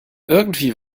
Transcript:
irgendwie